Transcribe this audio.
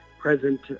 present